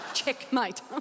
Checkmate